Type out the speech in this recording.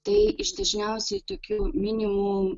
tai iš dažniausiai tokių minimų